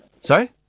Sorry